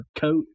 coat